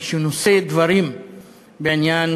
מי שנושאים דברים בעניין